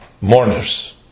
mourners